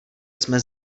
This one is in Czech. jsme